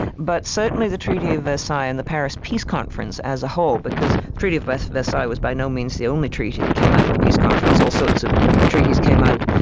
but certainly the treaty of versailles and the paris peace conference as a whole, because the treaty of but versailles was by no means the only treaty that came out of the peace conference, all sorts of treaties came out.